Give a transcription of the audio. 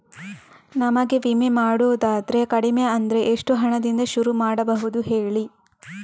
ನಮಗೆ ವಿಮೆ ಮಾಡೋದಾದ್ರೆ ಕಡಿಮೆ ಅಂದ್ರೆ ಎಷ್ಟು ಹಣದಿಂದ ಶುರು ಮಾಡಬಹುದು ಹೇಳಿ